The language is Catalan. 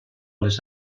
les